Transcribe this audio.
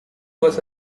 was